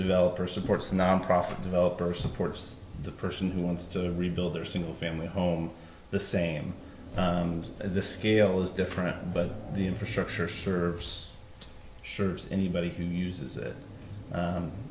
developer supports a nonprofit developer supports the person who wants to rebuild their single family home the same the scale is different but the infrastructure serves sure anybody can use it